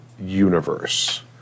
Universe